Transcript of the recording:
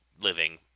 living